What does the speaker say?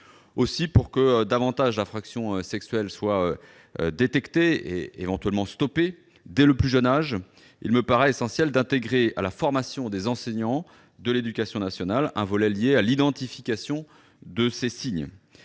Aussi, pour que davantage d'infractions sexuelles puissent être détectées et ainsi stoppées dès le plus jeune âge, il me paraît essentiel d'intégrer à la formation des enseignants de l'éducation nationale un volet lié à l'identification de ces signes.